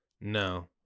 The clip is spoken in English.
No